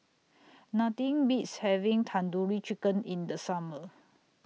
Nothing Beats having Tandoori Chicken in The Summer